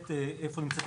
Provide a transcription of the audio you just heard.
הנוהל.